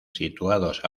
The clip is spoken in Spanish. situados